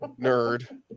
nerd